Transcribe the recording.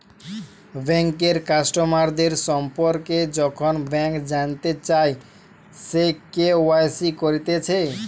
বেঙ্কের কাস্টমারদের সম্পর্কে যখন ব্যাংক জানতে চায়, সে কে.ওয়াই.সি করতিছে